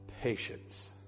Patience